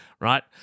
right